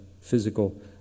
physical